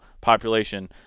population